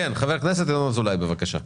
חבר הכנסת ינון אזולאי בבקשה.